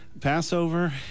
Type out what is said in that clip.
Passover